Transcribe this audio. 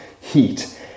heat